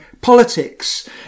politics